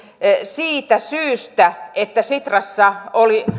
siitä syystä että sitrassa oli